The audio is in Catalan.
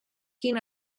quin